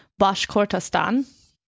Bashkortostan